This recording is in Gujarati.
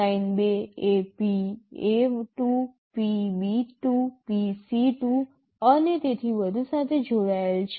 લાઈન2 એ PA2 PB2 PC2 અને તેથી વધુ સાથે જોડાયેલ છે